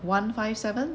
one five seven